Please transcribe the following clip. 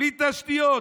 בלי תשתיות,